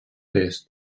est